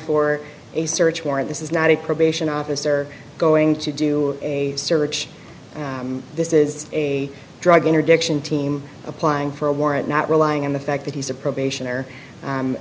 for a search warrant this is not a probation officer going to do a search this is a drug interdiction team applying for a warrant not relying on the fact that he's a probation or